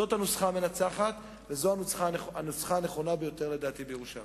זאת הנוסחה המנצחת וזאת הנוסחה הנכונה ביותר בירושלים,